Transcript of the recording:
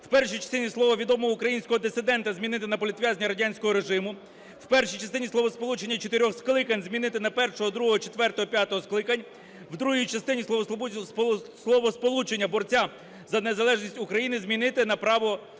в першій часті слова "відомого українського дисидента" змінити на "політв'язня радянського режиму"; в першій частині словосполучення "чотирьох скликань" змінити на "першого, другого, четвертого, п'ятого скликань"; в другій частині словосполучення "борця за незалежність України" замінити на